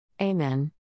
Amen